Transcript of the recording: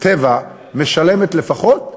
"טבע" משלמת לפחות 8%,